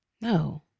No